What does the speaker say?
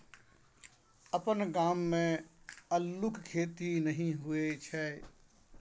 अपन गाम मे अल्लुक खेती नहि होए छै